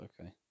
okay